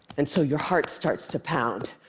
and so your heart starts to pound,